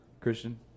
Christian